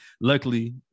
Luckily